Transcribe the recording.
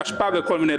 ניקיון.